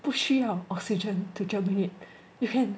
不需要 oxygen to germinate you can